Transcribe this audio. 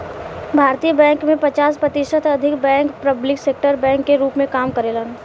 भारतीय बैंक में पचास प्रतिशत से अधिक बैंक पब्लिक सेक्टर बैंक के रूप में काम करेलेन